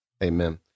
Amen